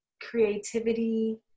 creativity